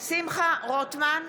שמחה רוטמן,